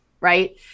right